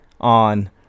on